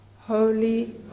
Holy